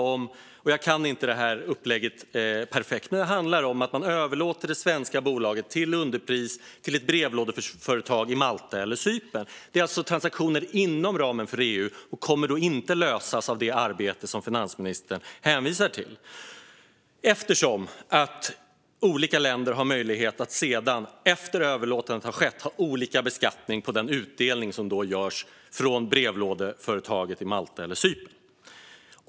Jag kan inte upplägget perfekt, men det handlar om att man överlåter det svenska bolaget till underpris till ett brevlådeföretag i Malta eller Cypern. Det är alltså transaktioner inom ramen för EU, och detta kommer inte att lösas av det arbete som finansministern hänvisar till eftersom olika länder har möjlighet att, efter att överlåtandet har skett, ha olika beskattning på den utdelning som görs från brevlådeföretaget i Malta eller Cypern.